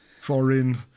foreign